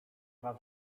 was